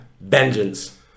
Vengeance